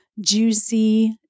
juicy